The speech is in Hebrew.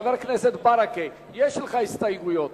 חבר הכנסת ברכה, יש לך הסתייגויות.